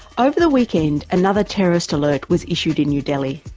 over the weekend, another terrorist alert was issued in new delhi,